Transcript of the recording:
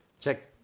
Check